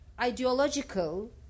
ideological